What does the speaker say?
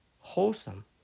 wholesome